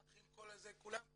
כל האחים, כולם,